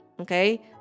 Okay